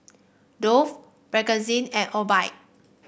Dove Bakerzin and Obike